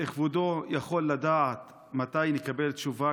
כבודו יכול לדעת מתי נקבל תשובה?